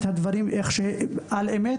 לתאר את הדברים כמו שהם ולהגיד את האמת.